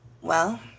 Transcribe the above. Well